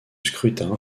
scrutin